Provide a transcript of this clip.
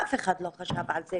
כנראה שאף אחד לא חשב על זה,